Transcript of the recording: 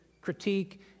critique